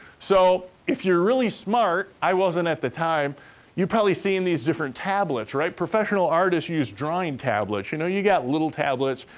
so, if you're really smart i wasn't at the time you've probably seen these different tablets, right? professional artists use drawing tablets. you know, you got little tablets,